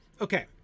okay